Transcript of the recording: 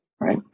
right